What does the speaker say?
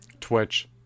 Twitch